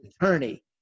attorney